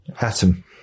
Atom